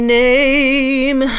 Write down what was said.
name